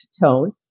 tone